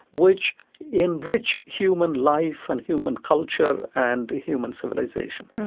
which enrich human life and human culture and human civilization.